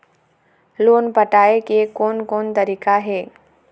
Loan पटाए के कोन कोन तरीका हे?